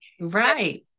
Right